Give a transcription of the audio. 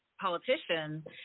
politicians